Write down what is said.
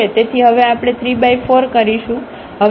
તેથી હવે આપણે 34 કરીશું